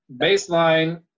Baseline